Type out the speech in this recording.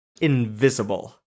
invisible